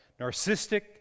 narcissistic